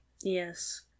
Yes